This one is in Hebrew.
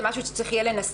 זה דבר שצריך יהיה לנסח,